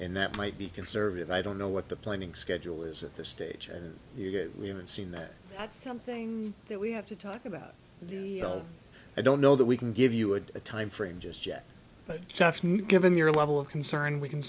and that might be conservative i don't know what the planning schedule is at this stage and you get we haven't seen that that's something that we have to talk about you you know i don't know that we can give you a time frame just yet but given your level of concern we can